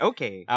Okay